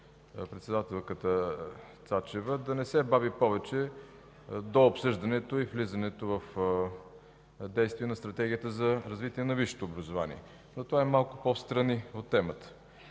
председателката Цачева да не се бави повече дообсъждането и влизането в действие на Стратегията за развитие на висшето образование, но това е малко по-встрани от темата.